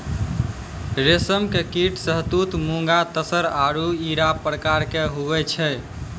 रेशम के कीट शहतूत मूंगा तसर आरु इरा प्रकार के हुवै छै